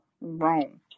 Wrong